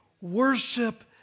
worship